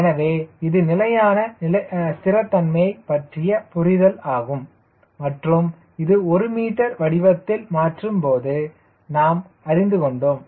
எனவே இது நிலையான ஸ்திரத்தன்மை பற்றிய புரிதல் ஆகும் மற்றும் இது ஒரு மீட்டர் வடிவத்தில் மாற்றும்போது நாம் அறிந்து கொண்டோம்